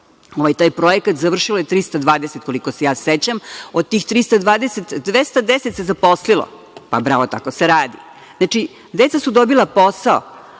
taj projekat, završilo je 320, koliko se ja sećam. Od tih 320, 210 se zaposlilo. Pa, bravo, tako se radi! Znači, deca su dobila posao.A